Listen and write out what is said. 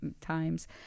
times